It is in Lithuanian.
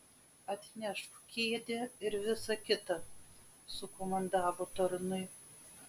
atnešk kėdę ir visa kita sukomandavo tarnui